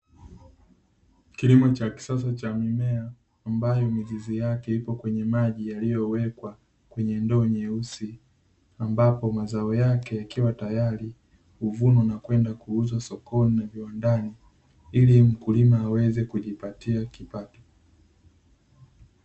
Kilimo cha kisasa cha mimea ambayo mizizi yake ipo kwenye maji yaliyowekwa kwenye ndoo nyeusi, ambapo mazao yake yakiwa tayari huvunwa na kwenda kuuzwa sokoni na viwandani, ili mkulima aweze kujipatia kipato.